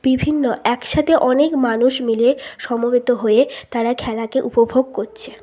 বিভিন্ন এক সাথে অনেক মানুষ মিলিয়ে সমবেত হয়ে তারা খেলাকে উপভোগ করছে